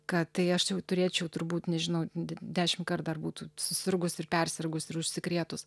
ką tai aš jau turėčiau turbūt nežinau dešim kart dar būt susirgus ir persirgus ir užsikrėtus